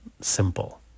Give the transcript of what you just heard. Simple